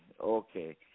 okay